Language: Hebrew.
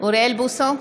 אוריאל בוסו,